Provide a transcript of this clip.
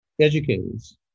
educators